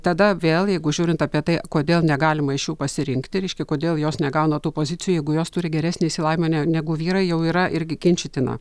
tada vėl jeigu žiūrint apie tai kodėl negalima iš jų pasirinkti reiškia kodėl jos negauna tų pozicijų jeigu jos turi geresnį įsilavinimą negu vyrai jau yra irgi ginčytina